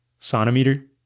sonometer